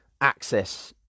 access